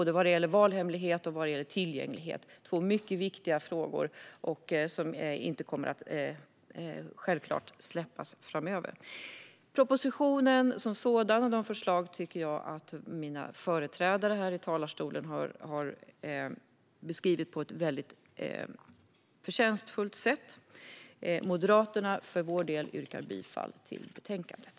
Det handlar om valhemlighet och tillgänglighet, två mycket viktiga frågor som självklart inte kommer att släppas. Propositionen som sådan och dess förslag tycker jag att mina företrädare här i talarstolen har beskrivit på ett väldigt förtjänstfullt sätt. Vi moderater yrkar för vår del bifall till utskottets förslag i betänkandet.